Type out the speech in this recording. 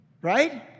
right